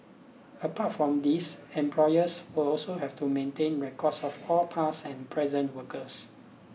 apart from these employers will also have to maintain records of all past and present workers